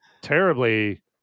terribly